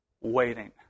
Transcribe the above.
waiting